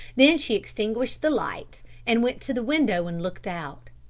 then she extinguished the light and went to the window and looked out.